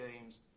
Games